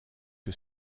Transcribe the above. que